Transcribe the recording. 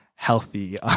healthy